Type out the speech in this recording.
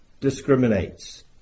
discriminates